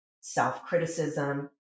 self-criticism